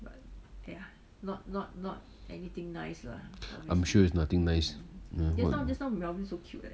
I'm sure is nothing nice